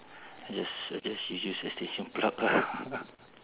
just suggest you use extension plug ah